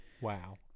Wow